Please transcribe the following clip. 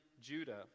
Judah